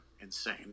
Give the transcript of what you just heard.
insane